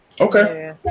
Okay